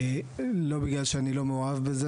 לא בגלל שאני לא מעורב בזה,